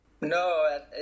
No